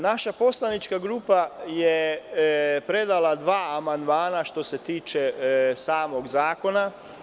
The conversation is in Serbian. Naša poslanička grupa je predala dva amandmana što se tiče samog zakona.